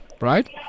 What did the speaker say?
right